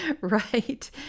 Right